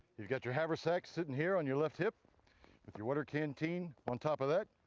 you've got your haversack sitting here on your left hip with your water canteen on top of that,